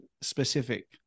specific